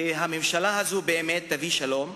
והממשלה הזו באמת תביא שלום,